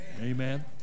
Amen